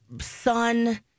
son